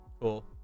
Cool